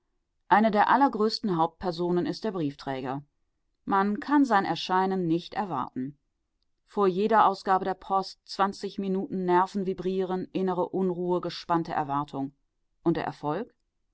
eine der allergrößten hauptpersonen ist der briefträger man kann sein erscheinen nicht erwarten vor jeder ausgabe der post zwanzig minuten nervenvibrieren innere unruhe gespannte erwartung und der erfolg